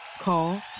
Call